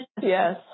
Yes